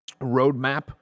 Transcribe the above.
roadmap